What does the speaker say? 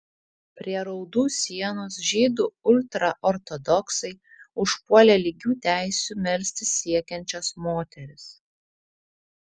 prie raudų sienos žydų ultraortodoksai užpuolė lygių teisių melstis siekiančias moteris